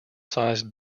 sized